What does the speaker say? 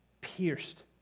pierced